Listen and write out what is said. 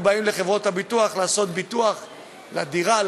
באים לחברות הביטוח לעשות ביטוח לדירה,